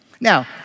Now